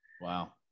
Wow